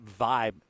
vibe